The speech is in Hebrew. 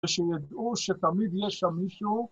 ושידעו שתמיד יש שם מישהו